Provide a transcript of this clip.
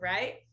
Right